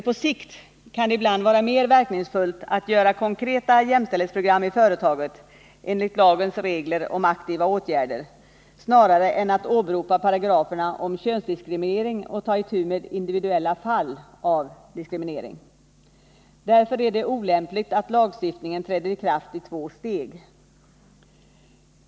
På sikt kan det ibland vara mer verkningsfullt att göra konkreta jämställdhetsprogram i företaget — enligt lagens regler om aktiva åtgärder — än att åberopa paragraferna om könsdiskriminering och ta itu med individuella fall av könsdiskriminering. Därför är det olämpligt att lagstiftningen träder i kraft i två steg.